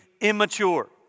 immature